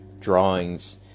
drawings